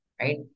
right